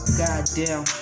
goddamn